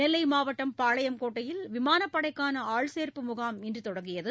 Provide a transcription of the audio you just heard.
நெல்லை மாவட்டம் பாளையங்கோட்டையில் விமானப்படைக்கான ஆள்சேர்ப்பு முகாம் இன்று தொடங்கியது